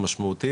משמעותיים.